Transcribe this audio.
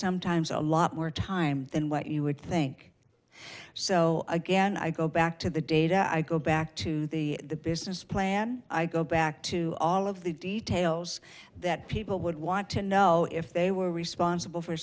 sometimes a lot more time than what you would think so again i go back to the data i go back to the the business plan i go back to all of the details that people would want to know if they were responsible for